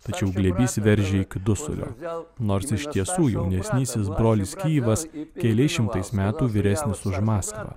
tačiau glėbys veržė iki dusulio nors iš tiesų jaunesnysis brolis kijevas keliais šimtais metų vyresnis už maskvą